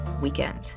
weekend